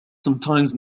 sometimes